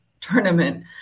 tournament